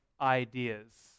ideas